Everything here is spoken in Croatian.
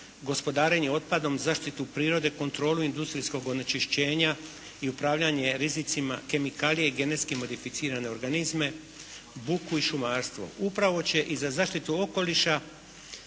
gospodarenje otpadom, zaštitu prirode, kontrolu industrijskog onečišćenja i upravljanje rizicima kemikalija i genetski modificirane organizme, buku i šumarstvo. Upravo će i Odbor za zaštitu okoliša